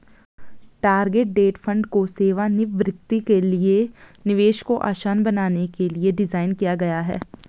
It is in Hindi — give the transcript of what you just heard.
टारगेट डेट फंड को सेवानिवृत्ति के लिए निवेश को आसान बनाने के लिए डिज़ाइन किया गया है